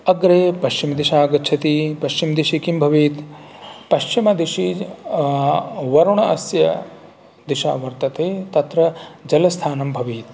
अग्रे पश्चिमदिशा आगच्छति पश्चिमदिशि किं भवेत् पश्चिमदिशि वरुणस्य दिशा वर्तते तत्र जलस्थानं भवेत्